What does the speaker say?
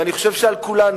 אני חושב שעל כולנו,